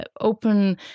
open